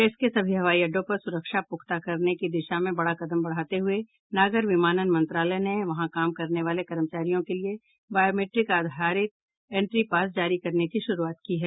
देश के सभी हवाई अड्डों पर सुरक्षा पुख्ता करने की दिशा में बड़ा कदम बढ़ाते हुए नागर विमानन मंत्रालय ने वहाँ काम करने वाले कर्मचारियों के लिए बायोमेट्रिक आधारित एंट्री पास जारी करने की शुरुआत की है